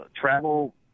Travel